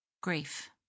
Grief